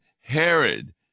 Herod